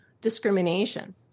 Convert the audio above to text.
discrimination